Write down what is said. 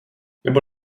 nebo